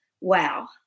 wow